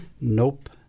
Nope